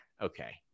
okay